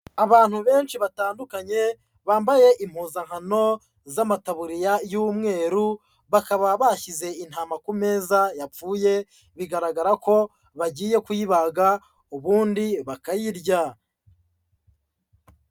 Abantu benshi batandukanye bambaye impuzankano z'amataburiya y'umweru, bakaba bashyize intama ku meza yapfuye, bigaragara ko bagiye kuyibaga ubundi bakayirya.